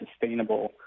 sustainable